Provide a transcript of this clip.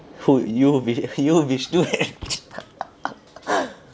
who you vishnu and chitah